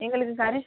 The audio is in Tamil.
எங்களுக்கு கடை